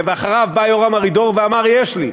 ואחריו בא יורם ארידור ואמר: יש לי.